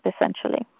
essentially